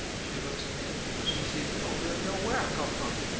she looks at him, and she sees he don't really know where i come from.